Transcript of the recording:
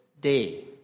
day